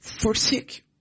forsake